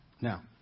Now